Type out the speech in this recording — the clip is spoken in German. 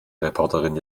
reporterin